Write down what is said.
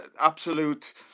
absolute